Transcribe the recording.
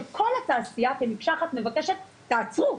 שכל התעשייה כמקשה אחת פשוט מבקשת "תעצרו,